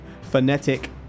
phonetic